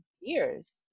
years